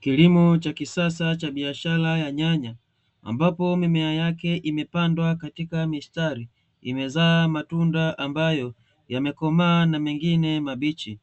Kilimo cha kisasa cha biashara ya nyanya, ambapo mimea yake imepandwa katika mistari, imezaa matunda ambayo yamekomaa na mengine mabichi.